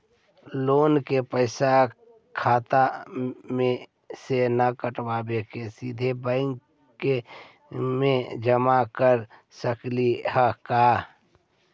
Loan के पैसा खाता मे से न कटवा के सिधे बैंक में जमा कर सकली हे का?